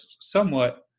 somewhat